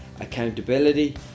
accountability